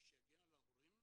שיגן על ההורים,